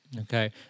Okay